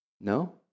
no